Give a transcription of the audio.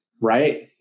right